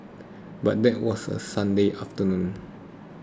but that was a Sunday afternoon